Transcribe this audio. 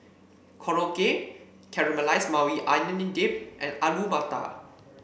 Korokke Caramelized Maui Onion Dip and Alu Matar